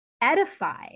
edify